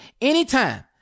anytime